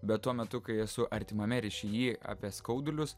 bet tuo metu kai esu artimame ryšy apie skaudulius